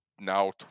now